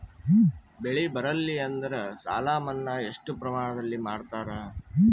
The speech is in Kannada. ಬೆಳಿ ಬರಲ್ಲಿ ಎಂದರ ಸಾಲ ಮನ್ನಾ ಎಷ್ಟು ಪ್ರಮಾಣದಲ್ಲಿ ಮಾಡತಾರ?